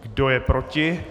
Kdo je proti?